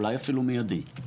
אולי אפילו מידית.